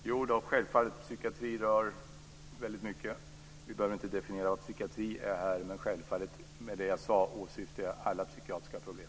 Fru talman! Självfallet rör psykiatrin väldigt mycket. Vi behöver inte definiera vad psykiatri är. Men med det som jag sade åsyftade jag självfallet alla psykiatriska problem.